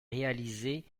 réalisée